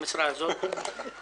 יש פשוט ח"כים שלא נבחרו.